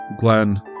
Glenn